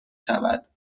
شود